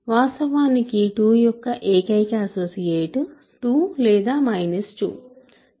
వాస్తవానికి 2 యొక్క ఏకైక అసోసియేట్ 2 లేదా 2